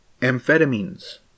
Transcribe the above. amphetamines